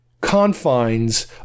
confines